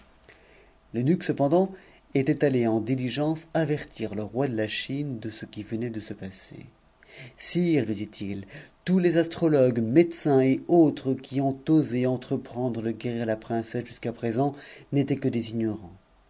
ii x de ce qui venait de se passer sire lui dit-il tous les astrologues nul decins et autres qui ont osé entreprendre de guérir la princesse jusqn présent n'étaient que des ignorants